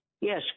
Yes